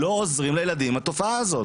לא עוזרים לילדים עם התופעה בזאת.